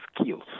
skills